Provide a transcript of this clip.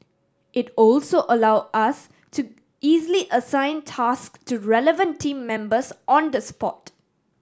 it also allow us to easily assign task to relevant team members on the spot